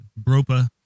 Bropa